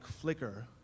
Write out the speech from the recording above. flicker